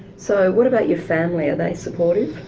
so what about your family, are they supportive?